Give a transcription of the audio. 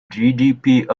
gdp